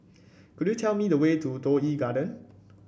could you tell me the way to Toh Yi Garden